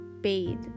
bathe